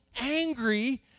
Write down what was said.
angry